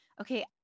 okay